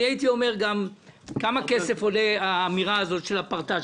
הייתי אומר כמה כסף עולה האמירה הזו של הפרטץ',